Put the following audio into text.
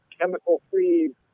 chemical-free